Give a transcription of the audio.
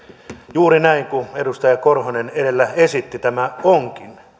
juuri näin kuin edustaja korhonen edellä esitti tämä onkin